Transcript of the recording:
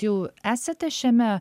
jau esate šiame